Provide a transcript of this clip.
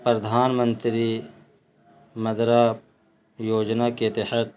پردھان منتری مدرا یوجنا کے تحت